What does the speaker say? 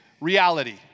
reality